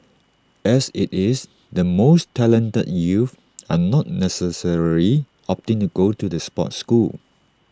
as IT is the most talented youth are not necessarily opting to go to the sports school